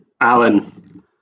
Alan